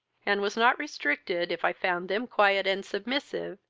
and was not restricted, if i found them quiet and submissive,